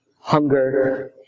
hunger